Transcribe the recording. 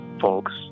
folks